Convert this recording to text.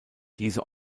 diese